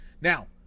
Now